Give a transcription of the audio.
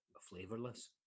flavorless